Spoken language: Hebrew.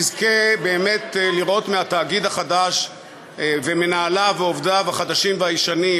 שנזכה באמת לראות מהתאגיד החדש ומנהליו ועובדיו החדשים והישנים,